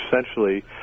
essentially